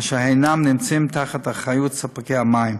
אשר אינם נמצאים באחריות ספקי המים.